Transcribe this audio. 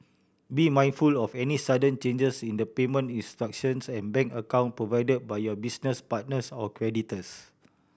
be mindful of any sudden changes in the payment instructions and bank account provide by your business partners or creditors